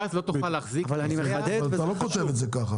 אבל אתה לא כותב את זה ככה.